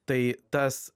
tai tas